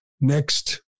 next